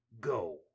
Go